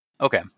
Okay